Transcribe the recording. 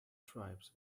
tribes